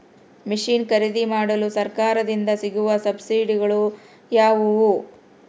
Mission ಖರೇದಿಮಾಡಲು ಸರಕಾರದಿಂದ ಸಿಗುವ ಸಬ್ಸಿಡಿಗಳು ಯಾವುವು?